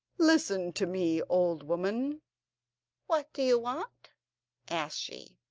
listen to me, old woman what do you want asked she.